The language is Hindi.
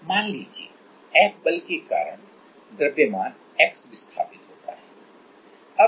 मान लीजिए F बल के कारण द्रव्यमान x विस्थापित होता है